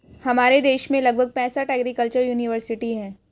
हमारे देश में लगभग पैंसठ एग्रीकल्चर युनिवर्सिटी है